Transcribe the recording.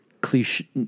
cliche